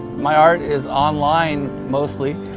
my art is online, mostly,